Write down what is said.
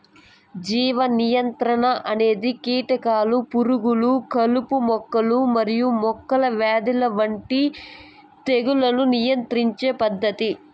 జీవ నియంత్రణ అనేది కీటకాలు, పురుగులు, కలుపు మొక్కలు మరియు మొక్కల వ్యాధుల వంటి తెగుళ్లను నియంత్రించే పద్ధతి